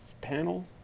panel